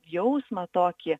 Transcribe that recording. jausmą tokį